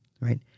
Right